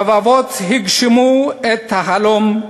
רבבות הגשימו את החלום,